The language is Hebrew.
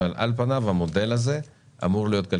אבל על פניו המודל הזה אמור להיות מספיק